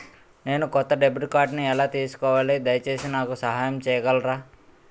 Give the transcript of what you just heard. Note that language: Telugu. నేను కొత్త డెబిట్ కార్డ్ని ఎలా తీసుకోవాలి, దయచేసి నాకు సహాయం చేయగలరా?